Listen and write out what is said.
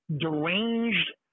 deranged